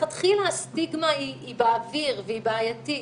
מלכתחילה הסטיגמה היא באוויר והיא בעייתית.